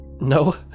no